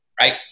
Right